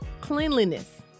Cleanliness